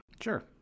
Sure